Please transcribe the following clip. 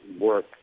work